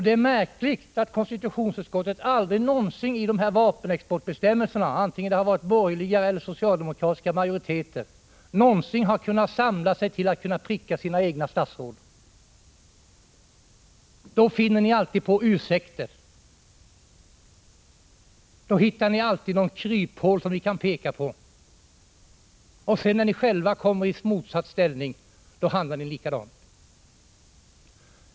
Det är märkligt att konstitutionsutskottet aldrig någonsin i dessa vapenexportaffärer, vare sig det varit borgerliga eller socialdemokratiska majoriteter, har kunnat samla sig till att pricka sina egna statsråd. Då finner ni alltid ursäkter, och då hittar ni alltid något kryphål att peka på. Herr talman!